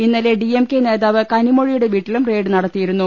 ഇന്നലെ D M K നേതാവ് കനിമൊഴിയുടെ വീട്ടിലും റെയ്ഡ് നടത്തിയിരുന്നു